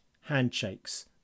handshakes